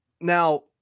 now